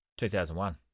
2001